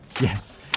Yes